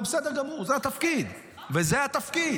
וזה בסדר גמור, זה התפקיד, זה התפקיד.